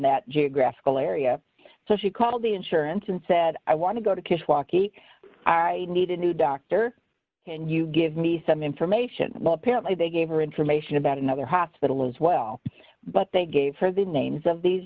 that geographical area so she called the insurance and said i want to go to kishwaukee i need a new doctor can you give me some information well apparently they gave her information about another hospital as well but they gave her the names of these